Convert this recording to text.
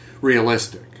realistic